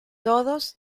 todos